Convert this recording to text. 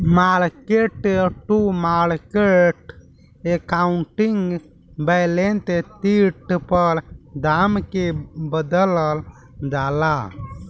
market to market accounting balance sheet पर दाम के बदलल जाला